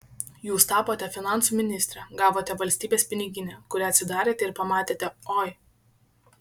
jūs tapote finansų ministre gavote valstybės piniginę kurią atsidarėte ir pamatėte oi